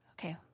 Okay